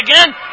again